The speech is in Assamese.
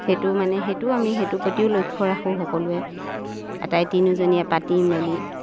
সেইটো মানে সেইটো আমি সেইটো প্ৰতিও লক্ষ্য ৰাখোঁ সকলোৱে আটাই তিনিজনীয়ে পাতি মেলি